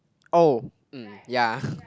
orh hmm ya